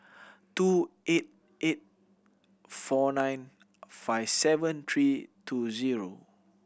two eight eight four nine five seven three two zero